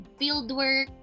Fieldwork